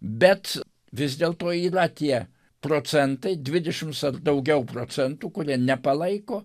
bet vis dėlto yra tie procentai dvidešims ar daugiau procentų kurie nepalaiko